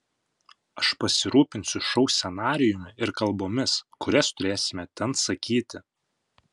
aš pasirūpinsiu šou scenarijumi ir kalbomis kurias turėsime ten sakyti